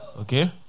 Okay